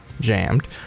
jammed